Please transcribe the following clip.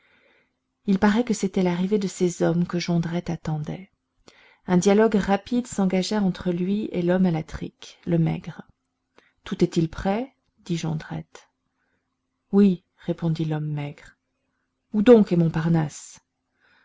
il paraît que c'était l'arrivée de ces hommes que jondrette attendait un dialogue rapide s'engagea entre lui et l'homme à la trique le maigre tout est-il prêt dit jondrette oui répondit l'homme maigre où donc est montparnasse